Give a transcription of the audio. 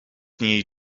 niej